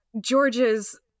George's